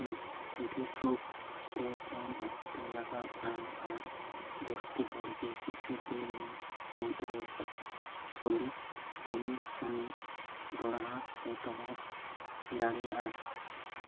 ᱵᱤᱥᱳᱜᱽ ᱛᱮ ᱠᱚᱢ ᱚᱠᱛᱚ ᱞᱟᱜᱟᱜᱼᱟ ᱟᱨ ᱡᱟᱹᱥᱛᱤ ᱦᱚᱲ ᱜᱮ ᱠᱤᱪᱷᱩᱫᱤᱱ ᱢᱩᱫᱽ ᱨᱮ ᱥᱚᱵᱤᱠ ᱠᱚᱢᱤᱥᱚᱱᱤ ᱫᱚᱲᱦᱟ ᱮᱛᱚᱦᱚᱵ ᱫᱟᱲᱮᱭᱟᱜᱼᱟ